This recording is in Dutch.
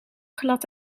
glad